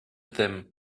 them